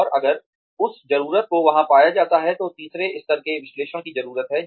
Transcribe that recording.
और अगर उस जरूरत को वहां पाया जाता है तो तीसरे स्तर के विश्लेषण की जरूरत है